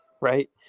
Right